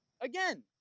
Again